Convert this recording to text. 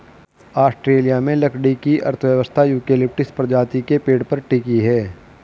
Australia में लकड़ी की अर्थव्यवस्था यूकेलिप्टस प्रजाति के पेड़ पर टिकी है